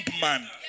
man